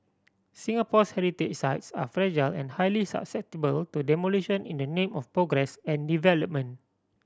Singapore's heritage sites are fragile and highly susceptible to demolition in the name of progress and development